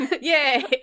yay